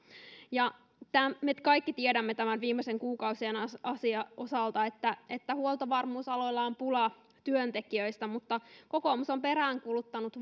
me kaikki tiedämme viimeisten kuukausien osalta että että huoltovarmuusaloilla on pula työntekijöistä mutta kokoomus on peräänkuuluttanut